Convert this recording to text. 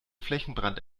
flächenbrand